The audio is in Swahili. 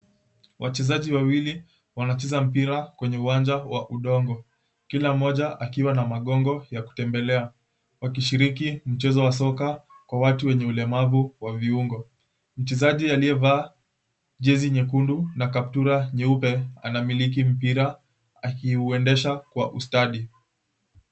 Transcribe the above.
Wachezaji wawili wanacheza mpira kwenye uwanja wa udongo kila mmoja akiwa na magongo ya kutembelea wakishiriki mchezo wa soka kwa watu wenye ulemavu wa viungo. Mchezaji aliyevaa jezi nyekundu na kaptura nyeupe anamiliki mpira akiuendesha kwa ustadi.